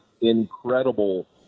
incredible